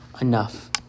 enough